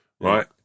right